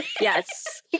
yes